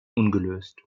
ungelöst